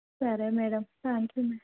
సరే madam thank you madam